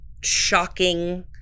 shocking